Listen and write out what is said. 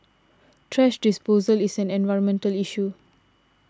thrash disposal is an environmental issue